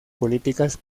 políticas